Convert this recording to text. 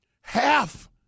Half